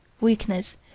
Weakness